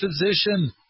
physician